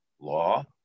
law